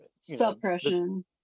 suppression